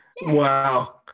Wow